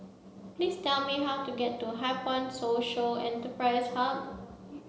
please tell me how to get to HighPoint Social Enterprise Hub